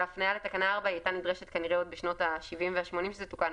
וההפניה לתקנה 4 הייתה נדרשת כנראה עוד בשנות ה-70 וה-80 כשזה תוקן,